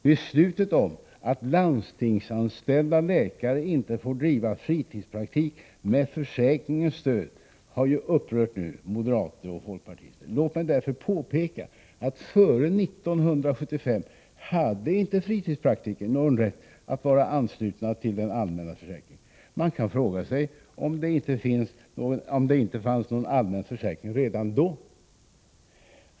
Beslutet om att landstingsanställda läkare inte får driva fritidspraktik med försäkringens stöd har ju upprört moderater och folkpartister. Låt mig därför påpeka att före 1975 hade inte fritidspraktikerna någon rätt att vara anslutna till den allmänna försäkringen. Man kan fråga sig om det inte fanns någon allmän försäkring då.